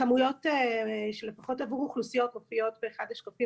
הכמויות של לפחות עבור אוכלוסיות מופיעות באחד השקפים,